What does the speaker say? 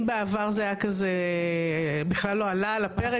אם בעבר זה היה בכלל לא עלה על הפרק.